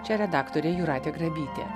čia redaktorė jūratė grabytė